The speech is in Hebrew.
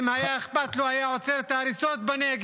אם היה אכפת לו הוא היה עוצר את ההריסות בנגב.